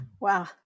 wow